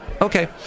Okay